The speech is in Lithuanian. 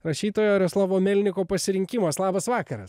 rašytojo reslavo melniko pasirinkimas labas vakaras